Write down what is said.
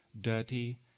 dirty